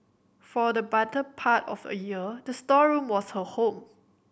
for the better part of a year the storeroom was her home